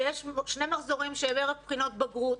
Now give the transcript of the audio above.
שיש שני מחזורים של ערב בחינות בגרות,